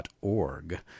org